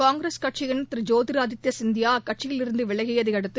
காங்கிரஸ் கட்சியின் திரு ஜோதீர் ஆதித்ய சிந்தியா அக்கட்சியிலிருந்து விலகியதை அடுத்து